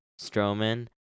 Stroman